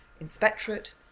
inspectorate